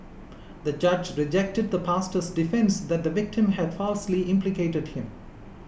the judge rejected the pastor's defence that the victim had falsely implicated him